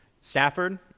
Stafford